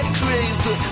crazy